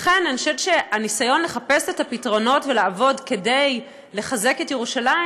לכן אני חושבת שהניסיון לחפש את הפתרונות ולעבוד כדי לחזק את ירושלים